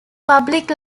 public